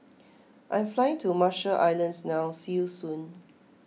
I am flying to Marshall Islands now see you soon